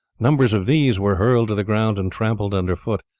numbers of these were hurled to the ground and trampled under foot,